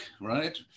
right